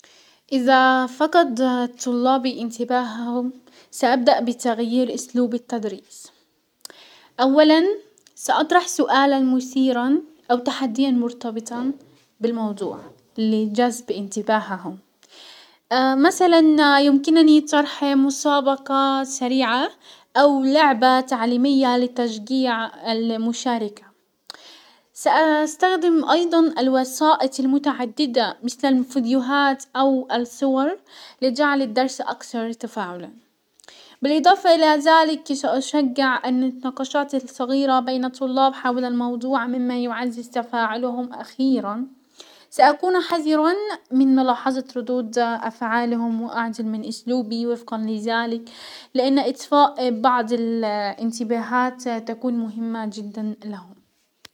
ازا فقد طلابي انتباههم سابدأ بتغيير اسلوب التدريس. اولا ساطرح سؤالا مثيرا او تحديا مرتبطا بالموضوع ،لجزب انتباههم مثلا يمكنني شرح مسابقة سريعة او لعبة تعليمية لتشجيع المشاركة، ساستخدم ايضا الوسائط المتعددة مسل الفيديوهات او الصور، لجعل الدرس اكثر تفاعلا، بالاضافة الى ساشجع ان النقاشات الصغيرة بين الطلاب حول الموضوع مما يعزز تفاعلهم، اخيرا ساكون حذرا من ملاحزة ردود افعالهم واعجل من اسلوبي وفقا لزلك، لان اطفاء بعض الانتباهات تكون مهمة جدا لهم.